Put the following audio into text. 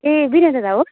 ए विनय दादा हो